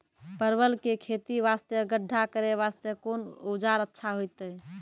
परवल के खेती वास्ते गड्ढा करे वास्ते कोंन औजार अच्छा होइतै?